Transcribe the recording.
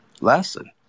lesson